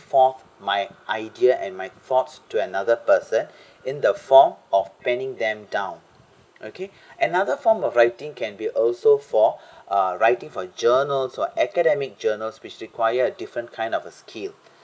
though my ideas and my thoughts to another person in the form of penning them down okay another form of writing can be also for uh writing for journals or academic journals which require a different kind of a skill